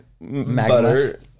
butter